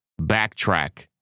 backtrack